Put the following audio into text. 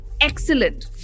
Excellent